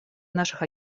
наших